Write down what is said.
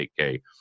8k